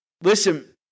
Listen